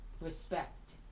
respect